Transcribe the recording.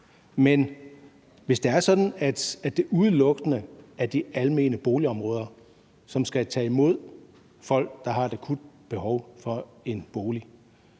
men hvis det er sådan, at det udelukkende er de almene boligområder, som skal tage imod folk, der har et akut behov for en bolig,